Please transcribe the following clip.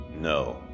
No